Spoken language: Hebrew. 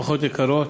משפחות יקרות,